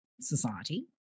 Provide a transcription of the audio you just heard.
society